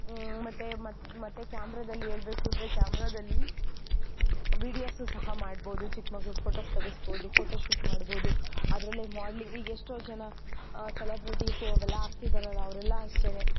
ಮತ್ತು ಮ ಮತ್ತು ಕ್ಯಾಮ್ರದಲ್ಲಿ ಹೇಳ್ಬೇಕು ಅಂದರೆ ಕ್ಯಾಮ್ರದಲ್ಲಿ ವೀಡಿಯೋಸು ಸಹ ಮಾಡ್ಬೌದು ಚಿಕ್ಕ ಮಕ್ಳ ಫೋಟೋಸ್ ತಗೆಸ್ಬೋದು ಫೋಟೋ ಶೂಟ್ ಮಾಡ್ಬೋದು ಅದರಲ್ಲೇ ಮೋಡ್ಲಿಂಗ್ ಈಗ ಎಷ್ಟೋ ಜನ ಸೆಲೆಬ್ರೆಟೀಸು ಅವೆಲ್ಲ ಆಗ್ತಿದ್ದಾರಲ್ಲ ಅವರೆಲ್ಲ ಅಷ್ಟೇ